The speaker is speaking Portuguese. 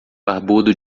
barbudo